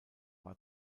war